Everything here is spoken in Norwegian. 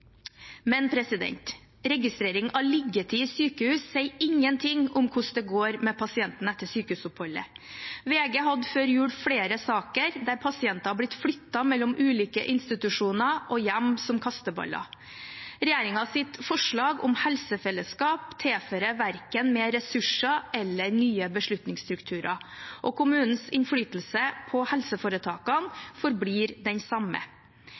Men registrering av liggetid i sykehus sier ingenting om hvordan det går med pasienten etter sykehusoppholdet. VG hadde før jul flere saker der pasienter har blitt flyttet mellom ulike institusjoner og hjem som kasteballer. Regjeringens forslag om helsefellesskap tilfører verken mer ressurser eller nye beslutningsstrukturer, og kommunens innflytelse på helseforetakene forblir den samme.